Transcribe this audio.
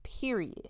period